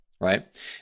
right